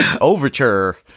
overture